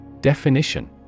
Definition